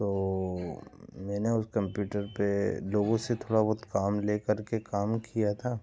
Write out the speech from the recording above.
तो मैंने उस कंप्यूटर पर लोगों से थोडा बहुत काम ले कर के काम किया था